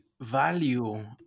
value